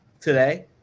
today